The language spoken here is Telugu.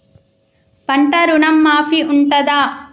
పంట ఋణం మాఫీ ఉంటదా?